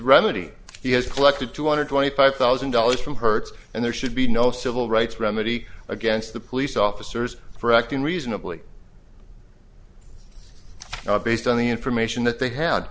remedy he has collected two hundred twenty five thousand dollars from hertz and there should be no civil rights remedy against the police officers for acting reasonably based on the information that they had